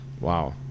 Wow